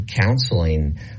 counseling